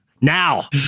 now